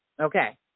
okay